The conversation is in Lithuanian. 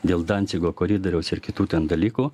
dėl dancigo koridoriaus ir kitų dalykų